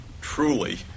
truly